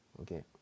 okay